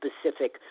specific